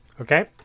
Okay